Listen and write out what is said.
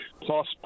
plus